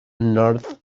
north